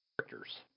characters